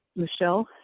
michelle,